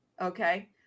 Okay